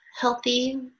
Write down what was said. healthy